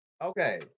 Okay